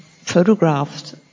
photographed